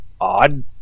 odd